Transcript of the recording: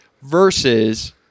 versus